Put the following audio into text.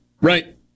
Right